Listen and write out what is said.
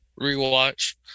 rewatch